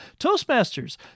Toastmasters